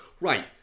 right